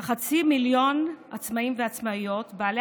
כחצי מיליון עצמאים ועצמאיות בעלי